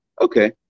okay